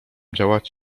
działać